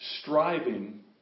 striving